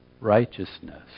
righteousness